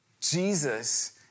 Jesus